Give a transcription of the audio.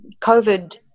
COVID